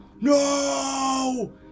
No